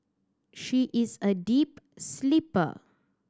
she is a deep sleeper